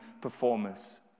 performers